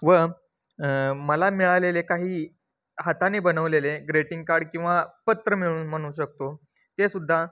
व मला मिळालेले काही हाताने बनवलेले ग्रेटिंग कार्ड किंवा पत्र मिळून म्हणू शकतो तेसुद्धा